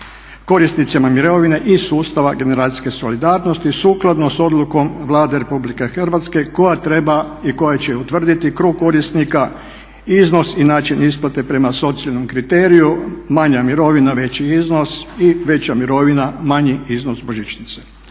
korisnicima mirovine iz sustava generacijske solidarnosti sukladno sa odlukom Vlade Republike Hrvatske koja treba i koja će utvrditi krug korisnika, iznos i način isplate prema socijalnom kriteriju manja mirovina veći iznos i veća mirovina manji iznos božićnice.